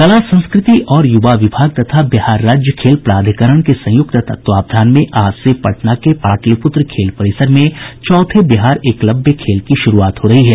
कला संस्कृति और युवा विभाग तथा बिहार राज्य खेल प्राधिकरण के संयुक्त तत्वावधान में आज से पटना के पाटलिपुत्र खेल परिसर में चौथे बिहार एकलव्य खेल की शुरूआत हो रही है